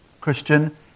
Christian